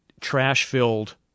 trash-filled